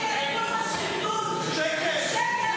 כולך שחיתות, שקר,